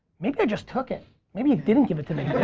maybe i just took it maybe he didn't give it to me.